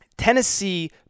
Tennessee